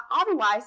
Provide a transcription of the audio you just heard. otherwise